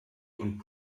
und